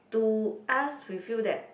to us we feel that